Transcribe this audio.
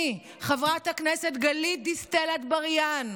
אני, חברת הכנסת גלית דיסטל אטבריאן,